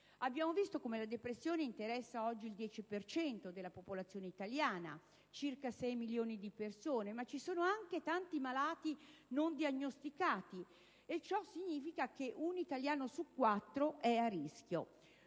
Abbiamo visto come la depressione interessi attualmente il 10 per cento della popolazione italiana, circa 6 milioni di persone, ma ci sono anche tanti malati non diagnosticati. Ciò significa che un italiano su quattro è a rischio.